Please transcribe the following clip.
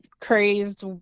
crazed